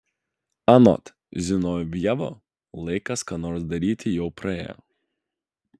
anot zinovjevo laikas ką nors daryti jau praėjo